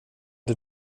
det